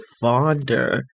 fonder